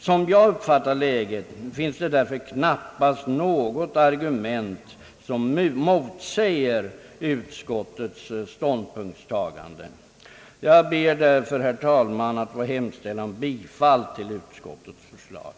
Som jag uppfattar läget finns det därför knappast något argument som motsäger utskottets ståndpunktstagande. Jag ber därför, herr talman, att få hemställa om bifall till utskottets förslag.